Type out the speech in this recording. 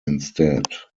instead